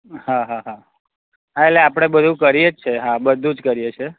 હા હા હા હા એટલે આપણે બધું કરીએ જ છીએ હા બધું જ કરીએ છીએ